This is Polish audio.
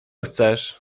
chcesz